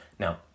Now